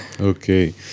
Okay